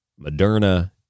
Moderna